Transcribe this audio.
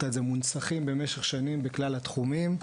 על זה מונצחים במשך שנים בכלל התחומים,